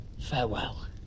farewell